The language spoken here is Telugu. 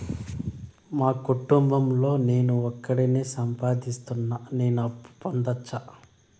మా కుటుంబం లో నేను ఒకడినే సంపాదిస్తున్నా నేను అప్పు పొందొచ్చా